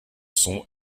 sont